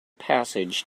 passage